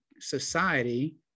society